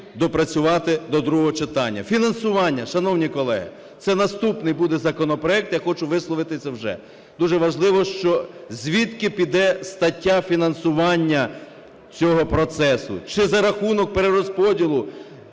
доопрацювати до другого читання. Фінансування, шановні колеги, це наступний буде законопроект, а я хочу висловитися вже. Дуже важливо, що звідки піде стаття фінансування цього процесу, чи за рахунок перерозподілу